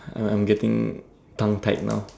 uh I'm getting tongue tied now